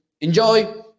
Enjoy